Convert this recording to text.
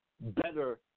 better